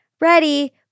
Ready